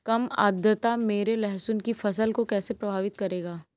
कम आर्द्रता मेरी लहसुन की फसल को कैसे प्रभावित करेगा?